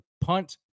punt